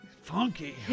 funky